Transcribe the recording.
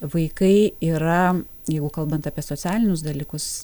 vaikai yra jeigu kalbant apie socialinius dalykus